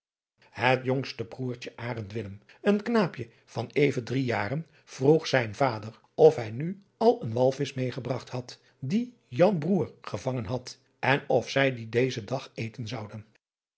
het jongste broêrtje arend willem een knaapje van even drie jaren vroeg zijn vader of hij nu al een walvisch meêgebragt had dien jan broêr gevangen had en of zij dien dezen middag eten zouden